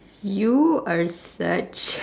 you are such